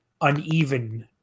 uneven